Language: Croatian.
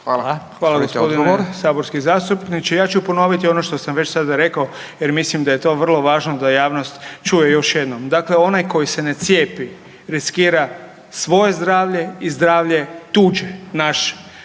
Hvala gospodine saborski zastupniče ja ću ponoviti ono što sam već sada rekao jer mislim da je to vrlo važno da javnost čuje još jednom. Dakle, onaj koji se na cijepi riskira svoje zdravlje i zdravlje tuđe, naše.